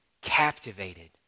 captivated